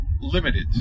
limited